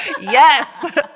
Yes